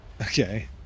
Okay